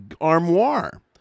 armoire